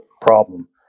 problem